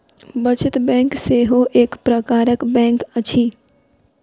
बचत बैंक सेहो एक प्रकारक बैंक अछि